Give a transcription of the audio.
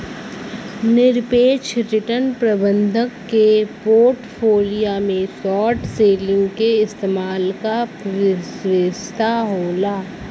निरपेक्ष रिटर्न प्रबंधक के पोर्टफोलियो में शॉर्ट सेलिंग के इस्तेमाल क विशेषता होला